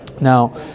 Now